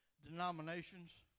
denominations